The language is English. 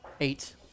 Eight